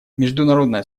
международное